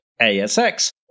ASX